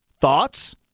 Thoughts